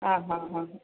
ആ ഹാ ഹാ